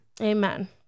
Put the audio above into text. Amen